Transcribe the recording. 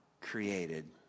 created